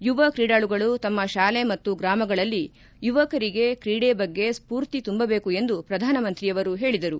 ಯುವ ಕ್ರೀಡಾಳುಗಳು ತಮ್ಮ ಶಾಲೆ ಮತ್ತು ಗ್ರಾಮಗಳಲ್ಲಿ ಯುವಕರಿಗೆ ಕ್ರೀಡೆ ಬಗ್ಗೆ ಸ್ಫೂರ್ತಿ ತುಂಬಬೇಕು ಎಂದು ಪ್ರಧಾನಮಂತ್ರಿಯವರು ಹೇಳಿದರು